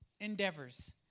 endeavors